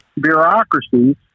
bureaucracies